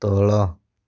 ତଳ